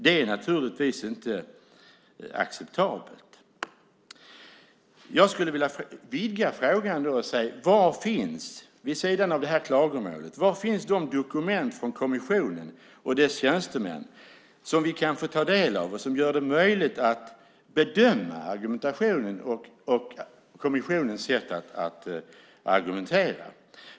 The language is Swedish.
Det är naturligtvis inte acceptabelt. Jag skulle vilja vidga frågan. Var finns, vid sidan av detta klagomål, de dokument från kommissionen och dess tjänstemän som vi kan få del av och som gör det möjligt att bedöma argumentationen och kommissionens sätt att argumentera?